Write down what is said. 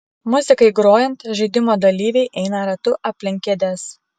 muzikai grojant žaidimo dalyviai eina ratu aplink kėdes